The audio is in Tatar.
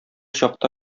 чакта